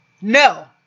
no